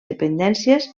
dependències